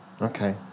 Okay